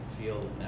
feel